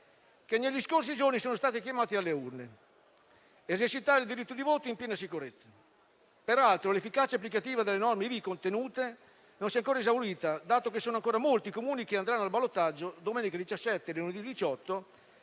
che negli scorsi giorni sono stati chiamati alle urne, di esercitare il diritto di voto in piena sicurezza. Peraltro, l'efficacia applicativa delle norme ivi contenute non si è ancora esaurita, dato che sono ancora molti i Comuni che andranno al ballottaggio domenica 17 e lunedì 18